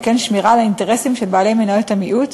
וכן שמירה על האינטרסים של בעלי מניות המיעוט,